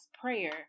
prayer